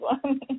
one